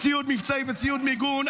ציוד מבצעי וציוד מיגון,